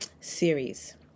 series